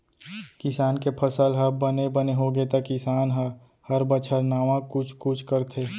किसान के फसल ह बने बने होगे त किसान ह हर बछर नावा कुछ कुछ करथे